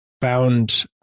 found